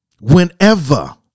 Whenever